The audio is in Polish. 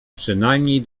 przynajmniej